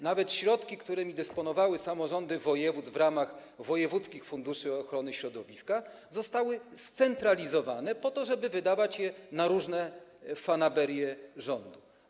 Nawet środki, którymi dysponowały samorządy województw w ramach wojewódzkich funduszy ochrony środowiska, zostały scentralizowane po to, żeby przeznaczać je na różne fanaberie rządu.